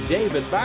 David